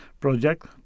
project